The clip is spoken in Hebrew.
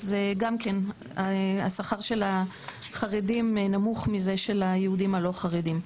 גם השכר של החרדים נמוך מזה של היהודים הלא חרדים.